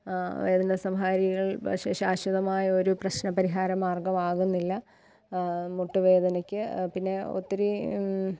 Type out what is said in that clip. വേദനസംഹാരികൾ പക്ഷെ ശാശ്വതമായ ഒരു പ്രശ്ന പരിഹാരമാർഗമാകുന്നില്ല മുട്ടുവേദനയ്ക്കു പിന്നെ ഒത്തിരി